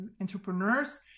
entrepreneurs